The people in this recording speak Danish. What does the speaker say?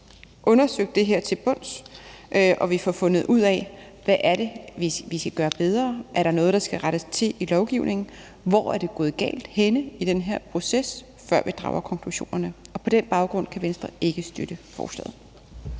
får undersøgt det her til bunds, og at vi får fundet ud af, hvad det er, vi skal gøre bedre, om der er noget, der skal rettes til i lovgivningen, og hvor det er gået galt henne i den her proces, før vi drager konklusionerne. På den baggrund kan Venstre ikke støtte forslaget.